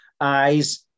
eyes